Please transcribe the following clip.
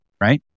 right